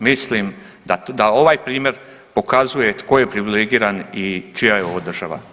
Mislim da ovaj primjer pokazuje tko je privilegiran i čija je ovo država.